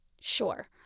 sure